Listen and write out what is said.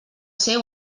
ser